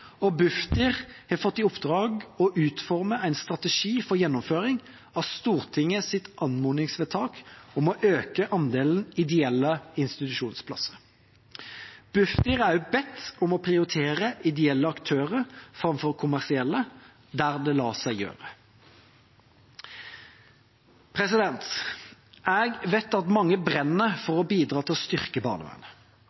og Bufdir har fått i oppdrag å utforme en strategi for gjennomføring av Stortingets anmodningsvedtak om å øke andelen ideelle institusjonsplasser. Bufdir er også bedt om å prioritere ideelle aktører framfor kommersielle der det lar seg gjøre. Jeg vet at mange brenner for